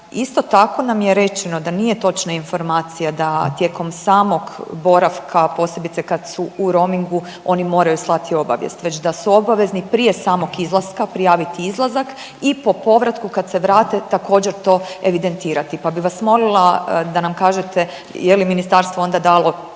Isto tako nam je rečeno da nije točna informacija da tijekom samog boravka, posebice kad su u romingu oni moraju slati obavijest već da su obavezni prije samog izlaska prijaviti izlazak i po povratku kad se vrate također to evidentirati, pa bi vas molila da nam kažete je li ministarstvo onda dalo